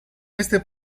este